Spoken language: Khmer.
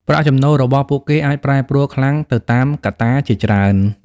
ប្រាក់ចំណូលរបស់ពួកគេអាចប្រែប្រួលខ្លាំងទៅតាមកត្តាជាច្រើន។